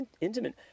intimate